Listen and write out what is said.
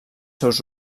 seus